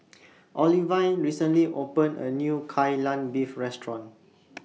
Olivine recently opened A New Kai Lan Beef Restaurant